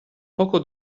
poco